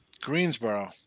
Greensboro